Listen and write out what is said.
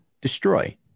destroy